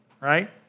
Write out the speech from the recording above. right